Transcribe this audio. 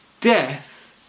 death